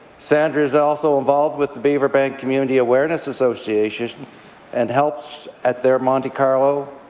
sandra is also involved with the beaverbank community awareness association and helps at their monte carlo.